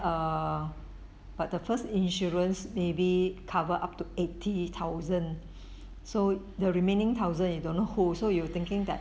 err but the first insurance maybe cover up to eighty thousand so the remaining thousand you don't know who so you thinking that